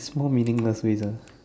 small meaningless ways ah